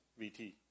Vt